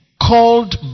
called